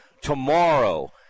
tomorrow